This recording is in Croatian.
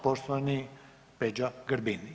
Poštovani Peđa Grbin.